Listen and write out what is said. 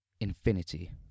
infinity